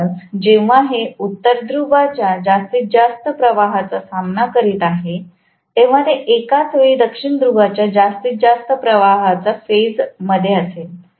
म्हणूनच जेव्हा हे उत्तर ध्रुवाच्या जास्तीत जास्त प्रवाहाचा सामना करीत आहे तेव्हा हे एकाच वेळी दक्षिण ध्रुवाच्या जास्तीत जास्त प्रवाहाचा फेज मध्ये असेल